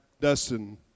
Dustin